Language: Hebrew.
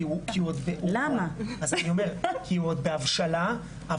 כי הוא עוד בהבשלה,